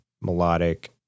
melodic